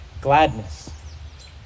gladness